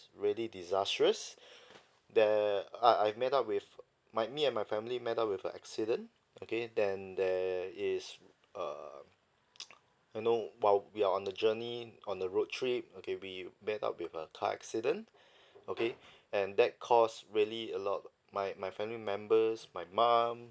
really disastrous there I I met up with my me and my family met up with a accident okay then there is err you know while we are on the journey on the road trip okay we met up with a car accident okay and that cause really a lot my my family members my mom